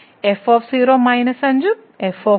f 5 ഉം f 3 ഉം ആണ്